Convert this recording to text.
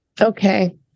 Okay